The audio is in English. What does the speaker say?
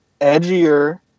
edgier